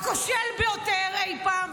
הכושל ביותר אי פעם,